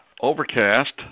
Overcast